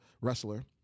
wrestler